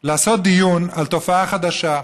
לעשות דיון על תופעה חדשה: